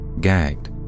gagged